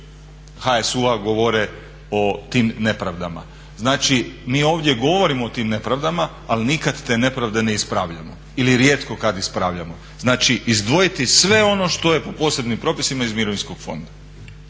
HSU-a govore o tim nepravdama. Znači, mi ovdje govorimo o tim nepravdama, ali nikad te nepravde ne ispravljamo ili rijetko kad ispravljamo. Znači, izdvojiti sve ono što je po posebnim propisima iz Mirovinskog fonda.